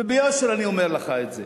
ביושר אני אומר לך את זה.